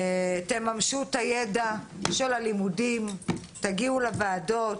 תממשו את הידע של הלימודים, תגיעו לוועדות.